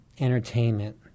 entertainment